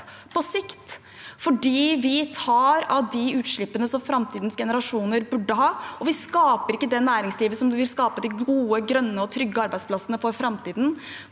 på sikt fordi vi tar av de utslippene som framtidens generasjoner burde ha. Vi skaper ikke det næringslivet som vil skape de gode, grønne og trygge arbeidsplassene for framtiden,